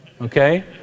Okay